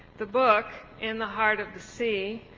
the book, in the heart of the sea,